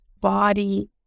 body